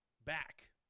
back